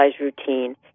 routine